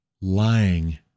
lying